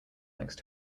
next